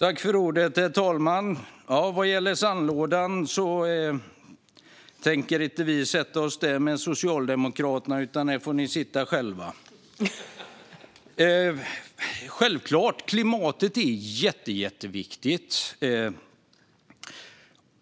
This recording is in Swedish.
Herr talman! Vad gäller sandlådan tänker vi inte sätta oss där med Socialdemokraterna, utan där får de sitta själva. Klimatet är självklart jätteviktigt.